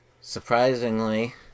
surprisingly